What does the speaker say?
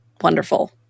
wonderful